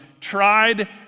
tried